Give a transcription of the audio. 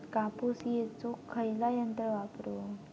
कापूस येचुक खयला यंत्र वापरू?